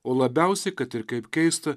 o labiausiai kad ir kaip keista